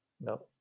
no